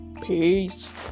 Peace